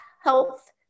health